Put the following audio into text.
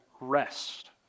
rest